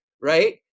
right